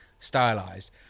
stylised